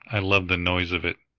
i love the noise of it.